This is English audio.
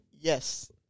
Yes